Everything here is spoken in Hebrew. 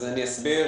אני אסביר,